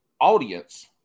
audience